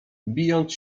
bijąc